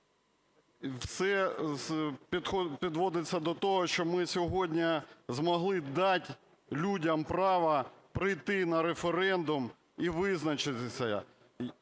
все підводиться до того, щоб ми сьогодні змогли дати людям право прийти на референдум і визначитися